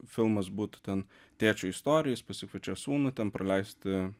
filmas būtų ten tėčio istorija jis pasikviečia sūnų ten praleisti